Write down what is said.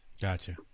Gotcha